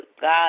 God